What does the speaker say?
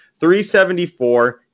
374